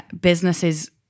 businesses